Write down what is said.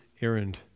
errand